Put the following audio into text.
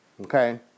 okay